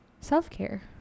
self-care